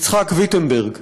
יצחק ויטנברג,